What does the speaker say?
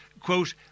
quote